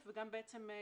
ל-25ז(1).